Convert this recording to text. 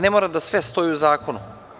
Ne mora sve da stoji u zakonu.